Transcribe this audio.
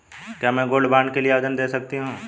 क्या मैं gold bond के लिए आवेदन दे सकती हूँ?